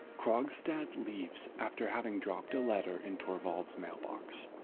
krogstad leaves after having dropped a letter in torvald's mailbox.